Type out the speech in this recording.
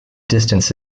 distance